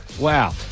Wow